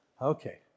Okay